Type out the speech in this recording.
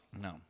No